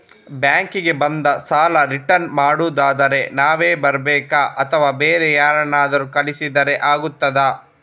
Bank ಗೆ ಬಂದು ಸಾಲ ರಿಟರ್ನ್ ಮಾಡುದಾದ್ರೆ ನಾವೇ ಬರ್ಬೇಕಾ ಅಥವಾ ಬೇರೆ ಯಾರನ್ನಾದ್ರೂ ಕಳಿಸಿದ್ರೆ ಆಗ್ತದಾ?